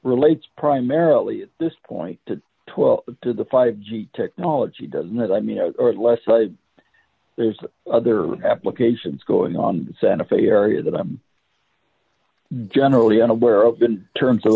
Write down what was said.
relates primarily at this point to twelve to the five g technology doesn't it i mean there's other applications going on santa fe area that i'm generally unaware of in terms of